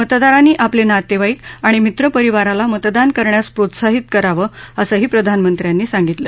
मतदारांनी आपले नातेवाईक आणि मित्र परिवाराला मतदान करण्यास प्रोत्साहित करावं असंही प्रधानमंत्र्यांनी सांगितलं